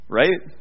right